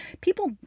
people